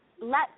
Let